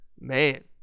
man